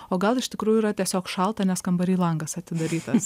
o gal iš tikrųjų yra tiesiog šalta nes kambary langas atidarytas